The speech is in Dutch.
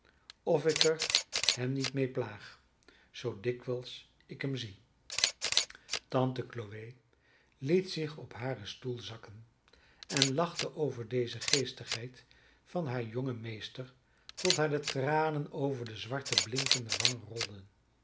of ik er hem niet mee plaag zoo dikwijls ik hem zie tante chloe liet zich op haren stoel zakken en lachte over deze geestigheid van haren jongen meester tot haar de tranen over de zwarte blinkende wangen rolden